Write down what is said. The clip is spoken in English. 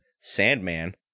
sandman